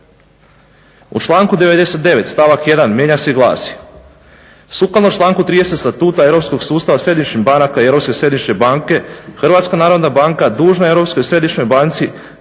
U članku 99.stavak 1.mijenja se i glasi